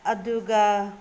ꯑꯗꯨꯒ